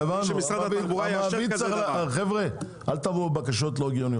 סגן שרת התחבורה והבטיחות בדרכים אורי מקלב: חבר הכנסת מאיר כהן,